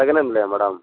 second ஹேண்ட்லையா madam